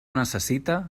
necessita